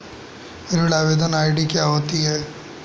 ऋण आवेदन आई.डी क्या होती है?